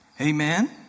Amen